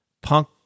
Punk